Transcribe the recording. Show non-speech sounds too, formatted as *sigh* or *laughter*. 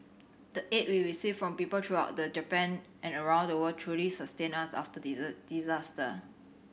the aid we received from people throughout the Japan and around the world truly sustained us after the *unintelligible* disaster